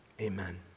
Amen